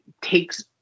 takes